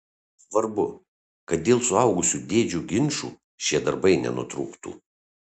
svarbu kad dėl suaugusių dėdžių ginčų šie darbai nenutrūktų